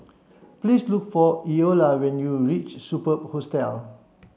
please look for Eola when you reach Superb Hostel